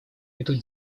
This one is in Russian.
идут